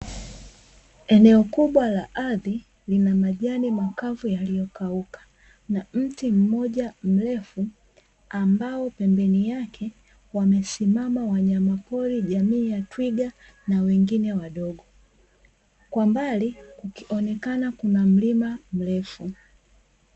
Eneo kubwa la ardhi lina majani makavu yaliyokauka na mti mmoja mrefu ambao pembeni yake wamesimama wanyamapori jamii ya twiga na wengine wadogo. Kwa mbali kukionekana kuna mlima mrefu.